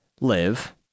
Live